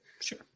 Sure